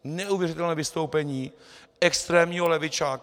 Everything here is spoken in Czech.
Neuvěřitelné vystoupení extrémního levičáka.